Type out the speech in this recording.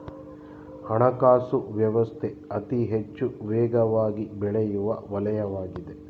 ಹಣಕಾಸು ವ್ಯವಸ್ಥೆ ಅತಿಹೆಚ್ಚು ವೇಗವಾಗಿಬೆಳೆಯುವ ವಲಯವಾಗಿದೆ